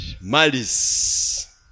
Malice